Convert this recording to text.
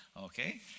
Okay